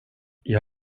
jag